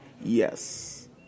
Yes